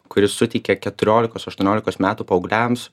kuri suteikia keturiolikos aštuoniolikos metų paaugliams